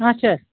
اَچھا